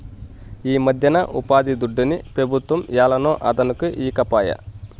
ఈమధ్యన ఉపాధిదుడ్డుని పెబుత్వం ఏలనో అదనుకి ఈకపాయే